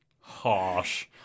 Harsh